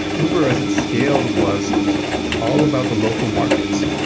uber, as it scaled, was all about the local markets.